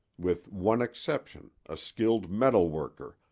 with one exception, a skilled metal worker,